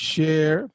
Share